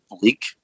bleak